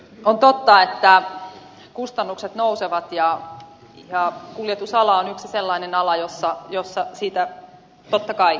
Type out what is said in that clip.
on totta että kustannukset nousevat ja kuljetusala on yksi sellainen ala jossa siitä totta kai kärsitään